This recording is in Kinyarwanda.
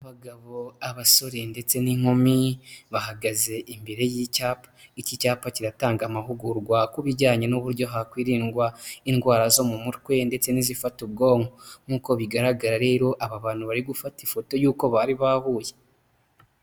Abagabo, abasore ndetse n'inkumi, bahagaze imbere y'icyapa, iki cyapa kiratanga amahugurwa ku bijyanye n'uburyo hakwirindwa indwara zo mu mutwe ndetse n'izifata ubwonko, nk'uko bigaragara rero aba bantu bari gufata ifoto y'uko bari bahuye.